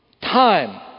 time